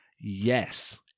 Yes